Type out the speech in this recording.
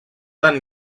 tan